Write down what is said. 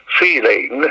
feeling